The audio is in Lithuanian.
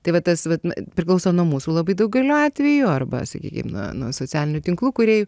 tai vat tas vat na priklauso nuo mūsų labai daugeliu atvejų arba sakykim nuo nuo socialinių tinklų kūrėjų